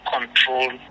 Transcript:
control